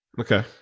okay